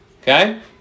Okay